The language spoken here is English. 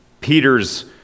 Peter's